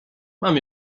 mam